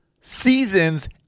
seasons